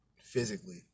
physically